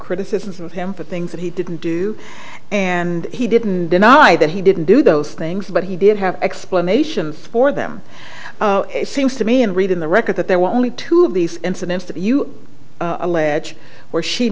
criticisms of him for things that he didn't do and he didn't deny that he didn't do those things but he did have explanations for them seems to me and read in the record that there were only two of these incidents that you allege where she